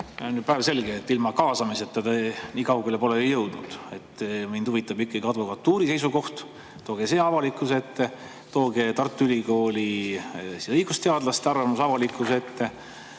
ju päevselge, et ilma kaasamiseta te kuigi kaugele pole jõudnud. Mind huvitab ikkagi advokatuuri seisukoht, tooge see avalikkuse ette! Tooge Tartu Ülikooli õigusteadlaste arvamus avalikkuse ette!